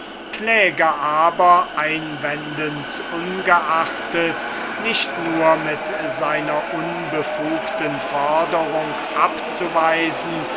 kläger aber einwendens ungeachtet nicht nur mit seiner unbefugten foderung abzuweisen